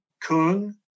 Kung